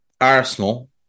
Arsenal